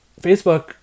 Facebook